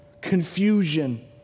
confusion